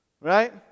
Right